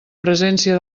presència